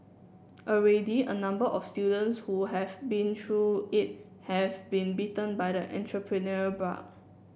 already a number of students who have been through it have been bitten by the entrepreneurial bug